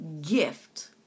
gift